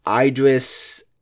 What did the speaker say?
Idris